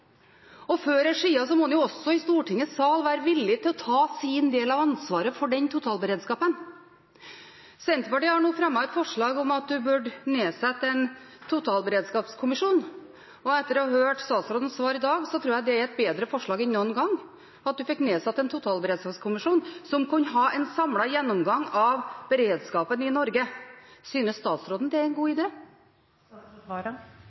og før eller siden må han også i Stortingets sal være villig til å ta sin del av ansvaret for den totalberedskapen. Senterpartiet har nå fremmet et forslag om at en bør nedsette en totalberedskapskommisjon. Etter å ha hørt statsrådens svar i dag tror jeg det er et bedre forslag enn noen gang, at en fikk nedsatt en totalberedskapskommisjon som kunne ha en samlet gjennomgang av beredskapen i Norge. Synes statsråden det er en god